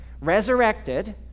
resurrected